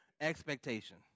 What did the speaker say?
Expectation